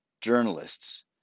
journalists